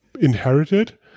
inherited